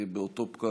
באותו פקק,